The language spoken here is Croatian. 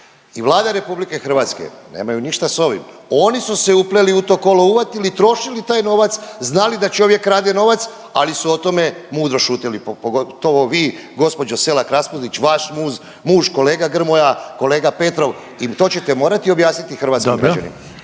i Vlada RH nemaju ništa s ovim. Oni su se upleli u to kolo, uvatili, trošili taj novac, znali da čovjek krade novac ali su o tome mudro šutjeli, pogotovo vi gospođo Selak Raspudić, vaš muž, kolega Grmoja, kolega Petrov i to ćete morati objasniti hrvatskim građanima.